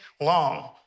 long